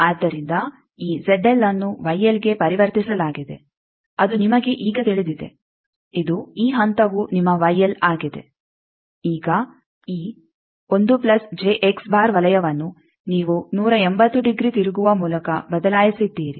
ಆದ್ದರಿಂದ ಈ ಅನ್ನು ಗೆ ಪರಿವರ್ತಿಸಲಾಗಿದೆ ಅದು ನಿಮಗೆ ಈಗ ತಿಳಿದಿದೆ ಇದು ಈ ಹಂತವು ನಿಮ್ಮ ಆಗಿದೆ ಈಗ ಈ ವಲಯವನ್ನು ನೀವು 180 ಡಿಗ್ರಿ ತಿರುಗುವ ಮೂಲಕ ಬದಲಾಯಿಸಿದ್ದೀರಿ